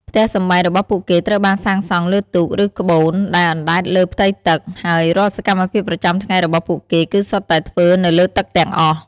ផ្ទះសម្បែងរបស់ពួកគេត្រូវបានសាងសង់លើទូក ឬក្បូនដែលអណ្ដែតលើផ្ទៃទឹក ហើយរាល់សកម្មភាពប្រចាំថ្ងៃរបស់ពួកគេគឺសុទ្ធតែធ្វើនៅលើទឹកទាំងអស់។